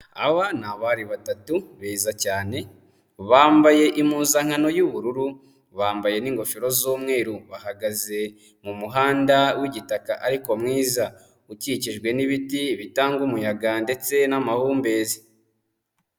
Aba ni abari batatu beza cyane, bambaye impuzankano y'ubururu, bambaye n'ingofero z'umweru, bahagaze mu muhanda w’igitaka ariko mwiza ukikijwe n'ibiti bitanga umuyaga ndetse n'amahumbezi.